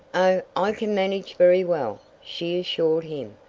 oh, i can manage very well, she assured him.